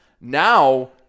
now